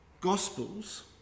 Gospels